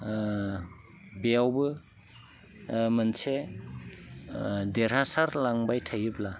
बेयावबो मोनसे देरहासार लांबाय थायोब्ला